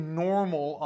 normal